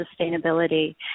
Sustainability